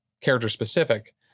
character-specific